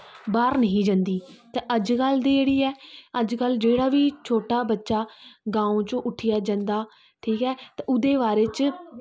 बाह्र निही जंदी ते अज्जकल दी जेह्ड़ी ऐ अज्जकल जेह्ड़ा बी छोटा बच्चा गांव चा उट्ठियै जंदा ठीक ऐ ते ओह्दे बारे च